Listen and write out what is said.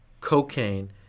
cocaine